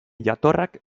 jatorrak